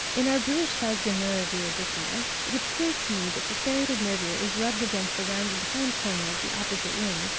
in our british phasgonura viridissima it appeared to me that the serrated nervure is rubbed against the rounded hind-corner of the opposite wing,